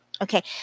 Okay